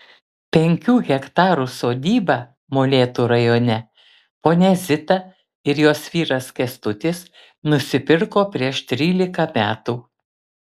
penkių hektarų sodybą molėtų rajone ponia zita ir jos vyras kęstutis nusipirko prieš trylika metų